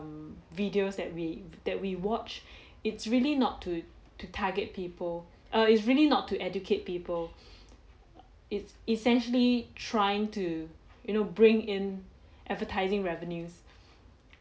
mm videos that we that we watched it's really not to to target people err is really not to educate people it's essentially trying to you know bring in advertising revenues